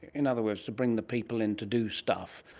in other words to bring the people in to do stuff?